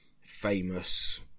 famous